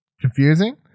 confusing